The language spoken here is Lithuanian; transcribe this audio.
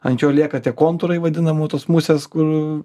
ant jo lieka tie kontūrai vadinamų tos musės kur